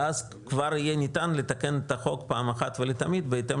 ואז כבר יהיה ניתן לתקן את החוק פעם אחת ולתמיד בהתאם